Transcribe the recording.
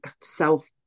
self